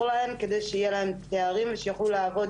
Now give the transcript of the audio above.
להן על מנת שיהיה להם תארים ושיוכלו לעבוד,